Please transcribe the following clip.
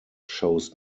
shows